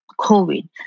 COVID